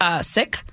sick